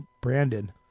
Brandon